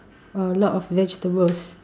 a lot of vegetables